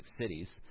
cities